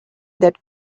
that